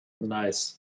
Nice